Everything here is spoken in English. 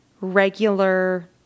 regular